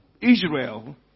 Israel